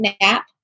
nap